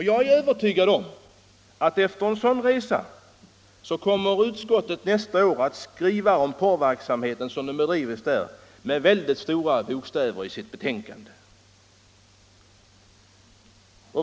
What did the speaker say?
Jag är övertygad om att efter en sådan resa kommer utskottet nästa år att skriva om porrverksamheten, som den bedrivs på marknaderna, med mycket stora bokstäver i sitt betänkande.